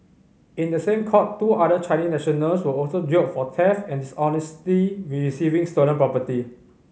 in the same court two other Chinese nationals were also jailed for theft and dishonestly receiving stolen property